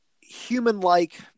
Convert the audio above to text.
human-like